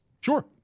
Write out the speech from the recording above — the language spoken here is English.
Sure